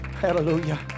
Hallelujah